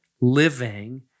living